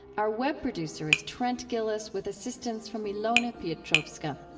our web producer is trent gilliss with assistance from ilona piotrowska.